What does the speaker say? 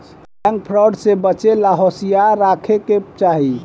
bank fraud से बचे ला होसियारी राखे के चाही